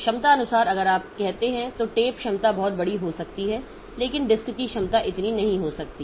क्षमता अनुसार अगर आप कहते हैं तो टेप क्षमता बहुत बड़ी हो सकती है लेकिन डिस्क की क्षमता इतनी नहीं हो सकती है